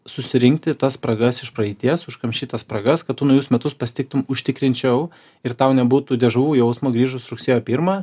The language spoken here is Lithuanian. susirinkti tas spragas iš praeities užkamšyt tas spragas kad tu naujus metus pasitiktum užtikrinčiau ir tau nebūtų dežavu jausmo grįžus rugsėjo pirmą